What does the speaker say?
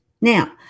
Now